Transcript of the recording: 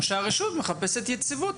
או שהרשות מחפשת יציבות.